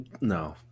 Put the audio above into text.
no